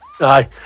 Aye